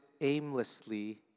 aimlessly